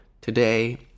today